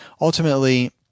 ultimately